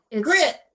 grit